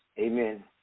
amen